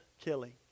killing